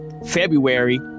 february